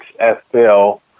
XFL